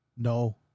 No